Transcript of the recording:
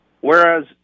Whereas